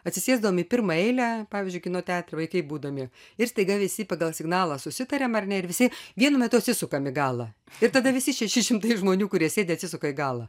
atsisėsdavom į pirmą eilę pavyzdžiui kino teatre vaikai būdami ir staiga visi pagal signalą susitariame ar ne ir visi vienu metu atsisukame į galą ir tada visi šeši šimtai žmonių kurie sėdi atsisuka į galą